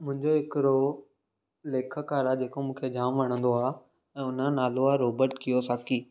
मुंहिंजो हिकिड़ो लेखकारु आहे जेको मूंखे जाम वणंदो आहे ऐं उनजो नालो आहे रॉबर्ट किओसाकी